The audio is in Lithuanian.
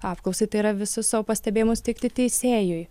apklausai tai yra visus savo pastebėjimus teikti teisėjui